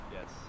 Yes